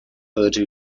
urdu